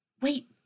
Wait